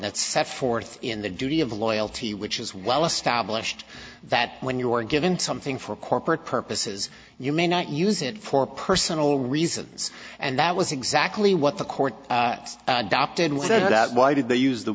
that set forth in the duty of loyalty which is well established that when you are given something for corporate purposes you may not use it for personal reasons and that was exactly what the court dopped and whatever why did they use the